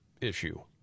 issue